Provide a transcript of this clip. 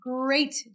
great